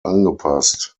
angepasst